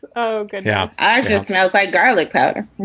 oh good. yeah. i just outside garlic powder. and